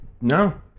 No